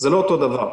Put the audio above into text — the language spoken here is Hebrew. זה לא אותו דבר.